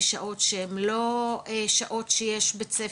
בשעות שהם לא שעות שיש בית ספר,